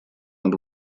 над